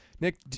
Nick